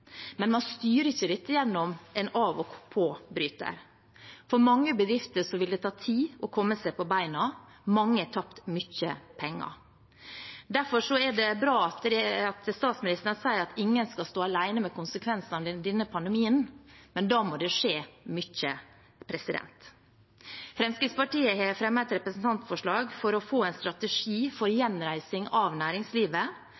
men man styrer ikke dette gjennom en av-og-på-bryter. For mange bedrifter vil det ta tid å komme seg på beina. Mange har tapt mye penger. Derfor er det bra at statsministeren sier at «ingen skal stå igjen alene» med konsekvensene av denne pandemien. Men da må det skje mye. Fremskrittspartiet har fremmet et representantforslag for å få en strategi for